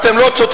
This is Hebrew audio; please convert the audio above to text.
אתם לא צודקים.